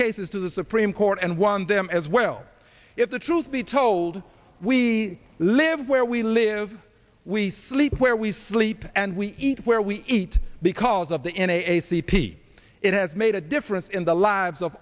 cases to the supreme court and won them as well if the truth be told we live where we live we sleep where we sleep and we eat where we eat because of the in a c p it has made a difference in the lives of